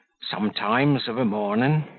sometimes of a morning.